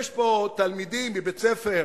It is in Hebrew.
יש פה תלמידים מבית-ספר,